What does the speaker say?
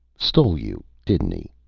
stole you, didn't he?